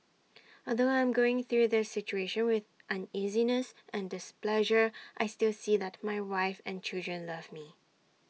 although I'm going through this situation with uneasiness and displeasure I still see that my wife and children love me